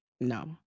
no